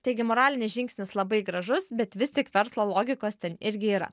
taigi moralinis žingsnis labai gražus bet vis tik verslo logikos ten irgi yra